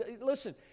listen